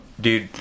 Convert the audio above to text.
Dude